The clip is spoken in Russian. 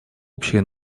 общее